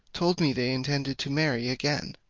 told me they intended to marry again.